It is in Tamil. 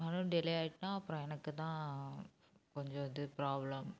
மறுபடியும் டிளே ஆகிட்டுனால் அப்புறம் எனக்கு தான் கொஞ்சம் இது பிராப்ளம்